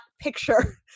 picture